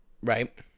Right